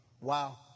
Wow